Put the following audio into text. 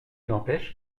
n’empêche